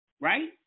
right